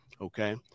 Okay